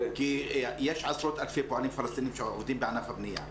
כי יש עשרות אלפי פועלים פלסטינים שעובדים בענף הבנייה.